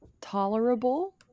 tolerable